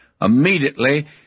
immediately